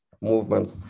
movement